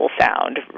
sound